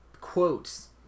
quotes